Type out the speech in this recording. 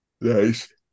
Nice